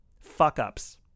fuck-ups